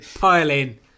piling